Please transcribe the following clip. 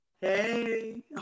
hey